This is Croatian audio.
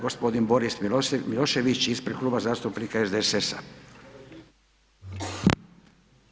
Gospodin Boris Milošević ispred Kluba zastupnika SDSS-a.